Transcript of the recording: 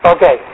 Okay